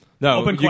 No